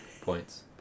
points